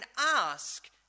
ask